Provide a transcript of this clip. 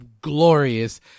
glorious